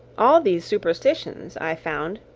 all these superstitions, i found,